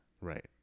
Right